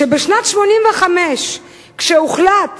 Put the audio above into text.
שבשנת 1985, כשהוחלט